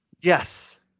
Yes